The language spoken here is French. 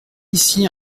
ici